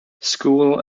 school